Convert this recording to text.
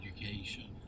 education